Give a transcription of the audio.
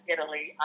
Italy